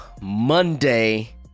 Monday